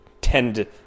tend